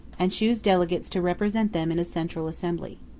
and choose delegates to represent them in a central assembly.